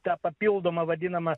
tą papildomą vadinamą